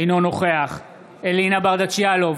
אינו נוכח אלינה ברדץ יאלוב,